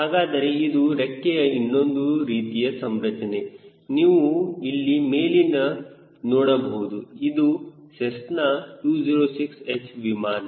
ಹಾಗಾದರೆ ಇದು ರೆಕ್ಕೆಯ ಇನ್ನೊಂದು ರೀತಿಯ ಸಂರಚನೆ ನೀವು ಇಲ್ಲಿ ಮೇಲಿನ ನೋಡಬಹುದು ಇದು ಸೆಸ್ನಾ 206 H ವಿಮಾನ